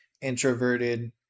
introverted